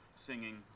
singing